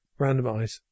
Randomize